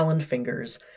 fingers